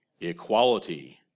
equality